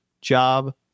job